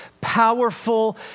powerful